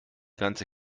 ganze